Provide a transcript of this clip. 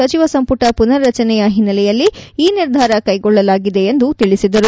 ಸಚಿವ ಸಂಪುಟ ಪುನರ್ರಚನೆಯ ಹಿನ್ನೆಲೆಯಲ್ಲಿ ಈ ನಿರ್ಧಾರ ಕೈಗೊಳ್ಳಲಾಗಿದೆ ಎಂದು ತಿಳಿಸಿದರು